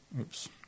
Oops